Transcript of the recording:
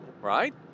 Right